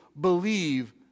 believe